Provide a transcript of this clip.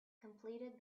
completed